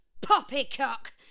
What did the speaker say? Poppycock